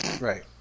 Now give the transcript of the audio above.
Right